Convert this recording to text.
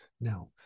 Now